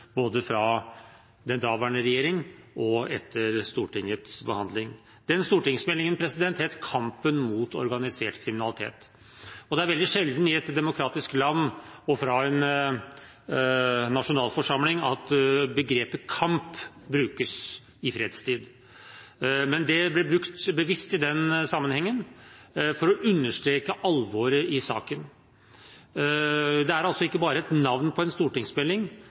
både fra den daværende regjering og etter Stortingets behandling. Den stortingsmeldingen het «Kampen mot organisert kriminalitet». Det er veldig sjelden i et demokratisk land og fra en nasjonalforsamling at begrepet «kamp» brukes i fredstid, men det ble brukt bevisst i den sammenhengen for å understreke alvoret i saken. Det er altså ikke bare et navn på en stortingsmelding,